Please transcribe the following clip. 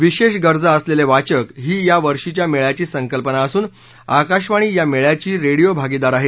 विशेष गरजा असलेले वाचक ही यावर्षीच्या मेळ्याची संकल्पना असून आकाशवाणी या मेळ्याची रेडिओ भागीदार आहे